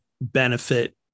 benefit